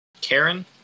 Karen